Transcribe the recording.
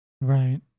Right